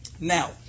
now